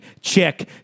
check